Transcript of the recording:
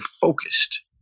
focused